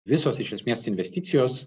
visos iš esmės investicijos